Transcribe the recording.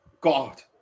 god